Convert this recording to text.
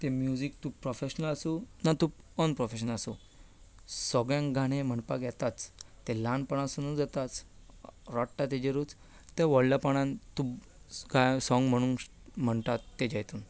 तें म्युजीक तूं प्रोफेशनल आसूं ना तूं अनप्रोफेशनल आसूं सगळ्यांक गाणें म्हणपाक येताच तें ल्हानपणा सावनूच येता रडटा ताजेरूच तें व्हडलेपणांत तूं सोंग म्हणटा ताच्या हातूंत